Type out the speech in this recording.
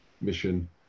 mission